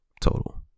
total